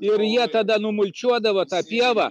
ir jie tada numulčiuodavo tą pievą